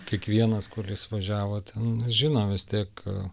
kiekvienas kuris važiavo ten žino vis tiek